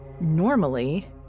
Normally